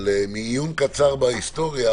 מעיון קצר בהיסטוריה